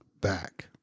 back